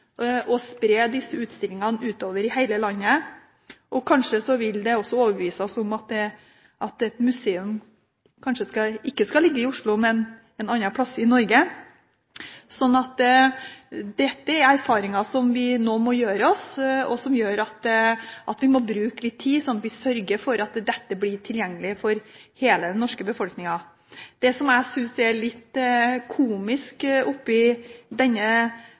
spre disse utstillingene rundt i hele landet. Kanskje vil det også overbevise oss om at et museum ikke skal ligge i Oslo, men et annet sted i Norge. Dette er erfaringer som vi nå må gjøre oss, og som gjør at vi må bruke litt tid, slik at vi sørger for at dette blir gjort tilgjengelig for hele den norske befolkningen. Det jeg synes er litt komisk i denne